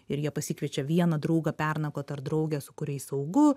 ir jie pasikviečia vieną draugą pernakvot ar draugę su kuriais saugu